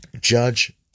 judge